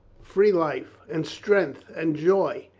free life and strength and joy.